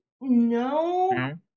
No